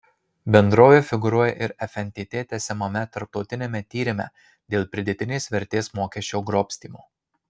bendrovė figūruoja ir fntt tęsiamame tarptautiniame tyrime dėl pridėtinės vertės mokesčio grobstymo